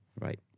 Right